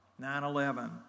9-11